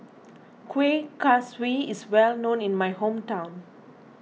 Kueh Kaswi is well known in my hometown